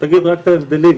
תגיד רק את ההבדלים,